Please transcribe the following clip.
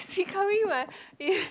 she coming my